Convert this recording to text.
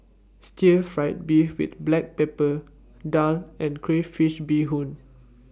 Stir Fried Beef with Black Pepper Daal and Crayfish Beehoon